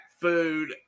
food